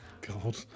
god